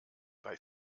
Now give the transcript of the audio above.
bei